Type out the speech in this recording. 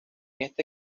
este